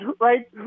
Right